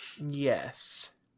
Yes